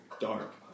Dark